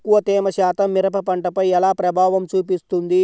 తక్కువ తేమ శాతం మిరప పంటపై ఎలా ప్రభావం చూపిస్తుంది?